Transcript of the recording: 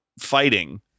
fighting